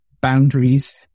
boundaries